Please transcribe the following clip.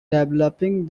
developing